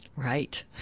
Right